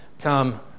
come